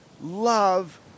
love